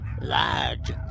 large